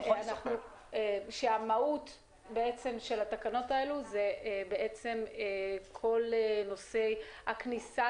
המהות של התקנות האלה זה כל נושא הכניסה